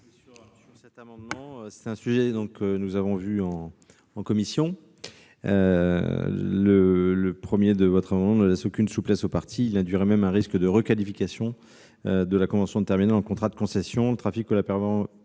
C'est un sujet que nous avons vu en commission : le 1° de votre amendement ne laisse aucune souplesse aux parties. Il induirait même un risque de requalification de la convention de terminal en contrat de concession. Le trafic ou la